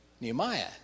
Nehemiah